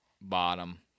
bottom